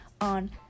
on